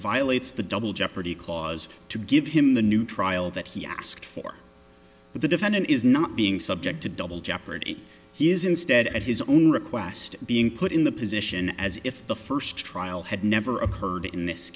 violates the double jeopardy clause to give him the new trial that he asked for the defendant is not being subject to double jeopardy he is instead at his own request being put in the position as if the first trial had never occurred in this